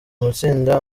amatsinda